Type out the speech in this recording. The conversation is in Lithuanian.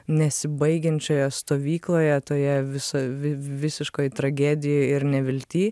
nesibaigiančioje stovykloje toje viso vivi visiškoj tragedijoj ir nevilty